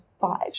five